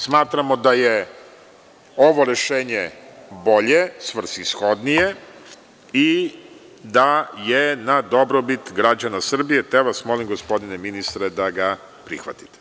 Smatramo da je ovo rešenje bolje, svrsishodnije i da je na dobrobit građana Srbije, te vas molim gospodine ministre da ga prihvatite.